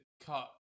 cut